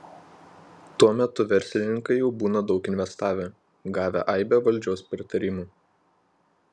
tuo metu verslininkai jau būna daug investavę gavę aibę valdžios pritarimų